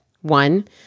One